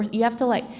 you have to like.